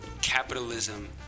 capitalism